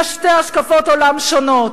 יש שתי השקפות עולם שונות.